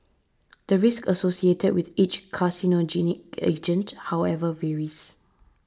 the risk associated with each carcinogenic agent however varies